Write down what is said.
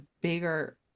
bigger